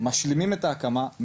משלימים את ההקמה,